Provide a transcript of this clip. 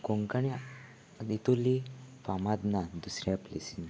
कोंकणी तितुरली फामाद ना दुसऱ्या प्लेसीन